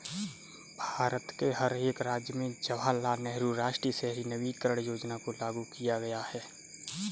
भारत के हर एक राज्य में जवाहरलाल नेहरू राष्ट्रीय शहरी नवीकरण योजना को लागू किया गया है